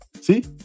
See